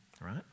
right